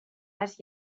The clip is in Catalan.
les